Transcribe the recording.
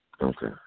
Okay